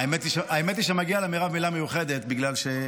האמת היא שמגיעה למירב מילה מיוחדת בגלל,